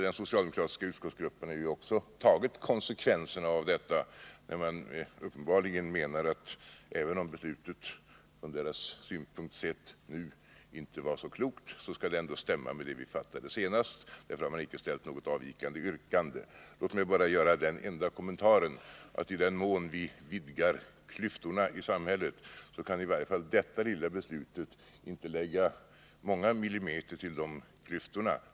Den socialdemokratiska utskottsgruppen har ju också tagit konsekvensen av detta, eftersom den uppenbarligen menar, att även om beslutet från dess synpunkt nu inte är så klokt, skall det stämma överens med det beslut som fattades senast. Därför har socialdemokraterna inte ställt något avvikande yrkande. Låt mig bara göra den kommentaren att i den mån vi vidgar klyftorna i samhället kan i varje fall detta lilla beslut inte lägga många millimeter till dessa klyftor.